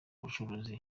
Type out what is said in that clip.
bucuruzi